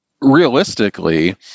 realistically